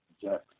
Jack